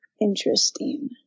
interesting